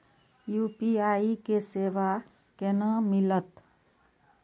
UPI के सेवा केना मिलत?